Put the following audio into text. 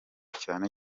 cyane